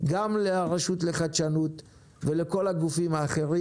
גם לרשות לחדשנות ולכל הגופים האחרים.